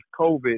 COVID